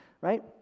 right